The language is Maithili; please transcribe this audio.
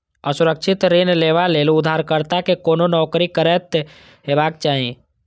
असुरक्षित ऋण लेबा लेल उधारकर्ता कें कोनो नौकरी करैत हेबाक चाही